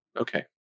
Okay